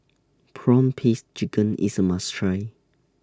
Prawn Paste Chicken IS A must Try